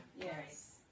Yes